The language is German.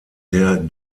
der